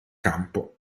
campo